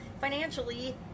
Financially